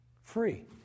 free